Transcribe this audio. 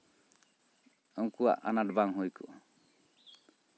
ᱩᱱᱠᱩᱣᱟᱜ ᱟᱱᱟᱴ ᱵᱟᱝ ᱦᱩᱭ ᱠᱚᱜᱼᱟ